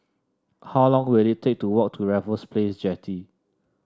how long will it take to walk to Raffles Place Jetty